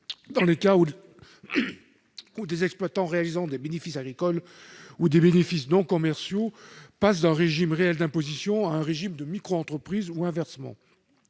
dans les cas où des exploitants réalisant des bénéfices agricoles (BA) ou des bénéfices non commerciaux (BNC) passent d'un régime réel d'imposition à un régime de micro-entreprise, ou inversement.